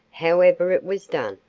however it was done.